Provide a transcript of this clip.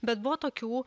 bet buvo tokių